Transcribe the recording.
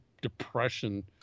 depression